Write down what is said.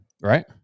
Right